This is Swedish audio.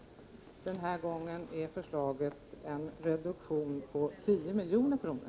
Den här gången föreslås en reduktion på 10 milj.kr.